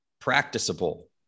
practicable